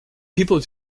people